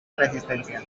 resistencia